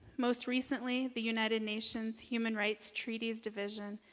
most recently, the united nations human rights treaties division,